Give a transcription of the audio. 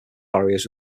barriers